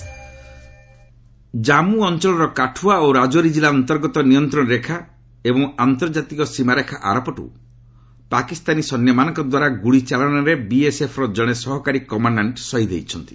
J and K BSF Jammu ଅଞ୍ଚଳର କାଠୁଆ ଓ ରାଜୌରୀ ଜିଲ୍ଲା ଅନ୍ତର୍ଗତ ନିୟନ୍ତ୍ରଣ ରେଖା ଓ ଆନ୍ତର୍ଜାତିକ ସୀମାରେଖା ଆରପଟୁ ପାକିସ୍ତାନୀ ସୈନ୍ୟମାନଙ୍କ ଦ୍ୱାରା ଗୁଳି ଚାଳନାରେ ବିଏସ୍ଏପ୍ ର ଜଣେ ସହକାରୀ କମାଣ୍ଡାଣ୍ଟ୍ ସହୀଦ୍ ହୋଇଛନ୍ତି